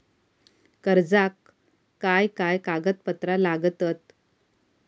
कर्जाक काय काय कागदपत्रा लागतत?